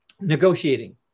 Negotiating